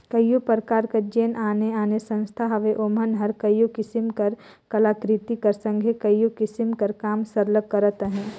कइयो परकार कर जेन आने आने संस्था हवें ओमन हर कइयो किसिम कर कलाकृति कर संघे कइयो किसिम कर काम सरलग करत अहें